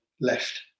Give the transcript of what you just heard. left